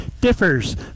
differs